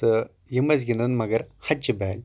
تہٕ یِم ٲسۍ گنٛدان مَگر ہَچِہ بالہِ